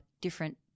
different